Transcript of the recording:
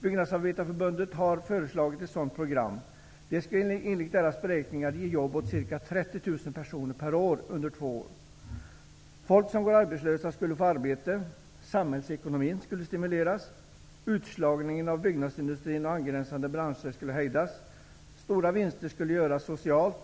Byggnadsarbetareförbundet har föreslagit ett sådant program. Det skulle enligt deras beräkningar ge jobb åt ca 30 000 personer per år under två år. Folk som går arbetslösa skulle få arbete. Samhällsekonomin skulle stimuleras. Utslagningen av byggnadsindustrin och angränsande branscher skulle hejdas. Stora vinster skulle göras socialt.